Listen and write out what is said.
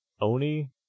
oni